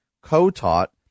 co-taught